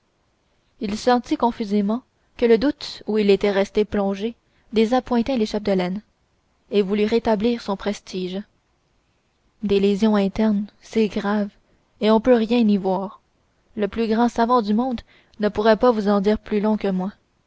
il sentit confusément que le doute où il restait plongé désappointait les chapdelaine et voulut rétablir son prestige des lésions internes c'est grave et on ne peut rien y voir le plus grand savant du monde ne pourrait pas vous en dire plus long que moi